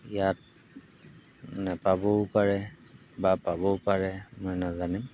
ইয়াত নাপাবও পাৰে বা পাবও পাৰে মই নাজানিম